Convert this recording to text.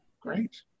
Great